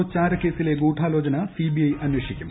O ചാരക്കേസിലെ ഗൂഢാലോചന ന് സിബിഐ അന്വേഷിക്കും